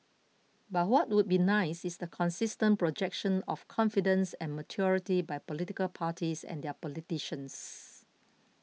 but what would be nice is the consistent projection of confidence and maturity by political parties and their politicians